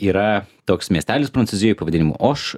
yra toks miestelis prancūzijoj pavadinimu oš